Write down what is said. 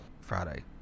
Friday